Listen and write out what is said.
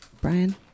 Brian